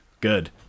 good